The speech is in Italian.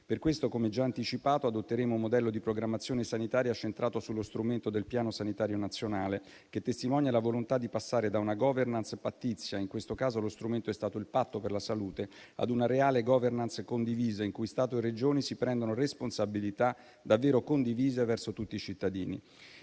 Per questo, come già anticipato, adotteremo un modello di programmazione sanitaria centrato sullo strumento del piano sanitario nazionale, che testimonia la volontà di passare da una *governance* pattizia (in questo caso, lo strumento è stato il patto per la salute) a una reale *governance* condivisa in cui Stato e Regioni si prendono responsabilità davvero condivise verso tutti i cittadini.